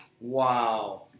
Wow